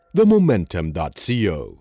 themomentum.co